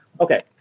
Okay